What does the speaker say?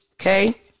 Okay